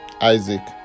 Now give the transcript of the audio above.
Isaac